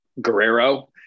Guerrero